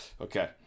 Okay